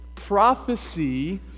prophecy